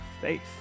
Faith